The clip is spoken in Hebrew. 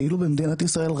כאילו במדינת ישראל,